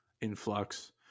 influx